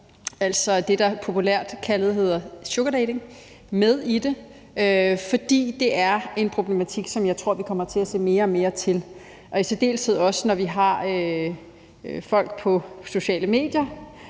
det er det, der populært kaldes sugardating. For det er en problematik, som jeg tror at vi kommer til at se mere og mere til, og i særdeleshed også, når vi har folk på sociale medier